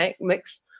mix